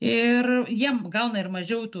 ir jiem gauna ir mažiau tų